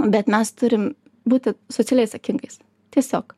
bet mes turim būti socialiai atsakingais tiesiog